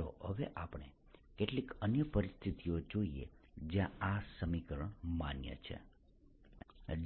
ચાલો હવે આપણે કેટલીક અન્ય પરિસ્થિતિઓ જોઈએ જ્યાં આ સમીકરણ માન્ય છે